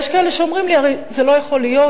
יש כאלה שאומרים לי: הרי זה לא יכול להיות,